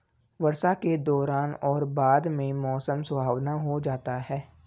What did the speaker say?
वर्षा के दौरान और बाद में मौसम सुहावना हो जाता है